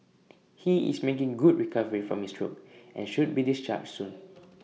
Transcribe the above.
he is making good recovery from his stroke and should be discharged soon